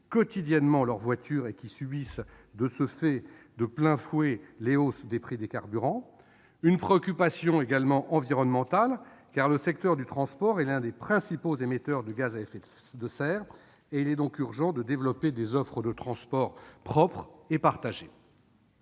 quotidiennement leur voiture et qui subissent de ce fait de plein fouet la hausse des prix des carburants ; une préoccupation environnementale également : le secteur du transport étant l'un des principaux émetteurs de gaz à effet de serre, il est urgent de développer des offres de transport propres et partagées.